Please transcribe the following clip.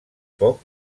poc